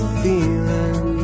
feeling